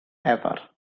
ever